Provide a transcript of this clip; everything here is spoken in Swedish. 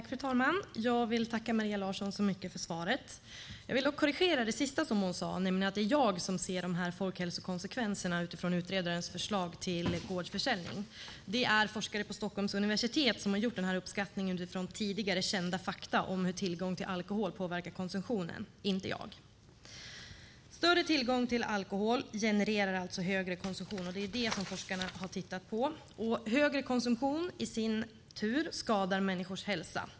Fru talman! Jag vill tacka Maria Larsson så mycket för svaret. Jag vill dock korrigera det sista som hon sade, nämligen att det är jag som ser dessa konsekvenser av utredarens förslag till gårdsförsäljning. Det är forskare vid Stockholms universitet som har gjort denna uppskattning utifrån titigare kända fakta om hur tillgång till alkohol påverkar konsumtionen, inte jag. Större tillgång till alkohol genererar alltså högre konsumtion. Det är detta som forskarna har tittat på. Högre konsumtion skadar i sin tur människors hälsa.